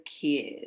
kids